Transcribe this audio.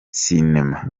sinema